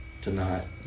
tonight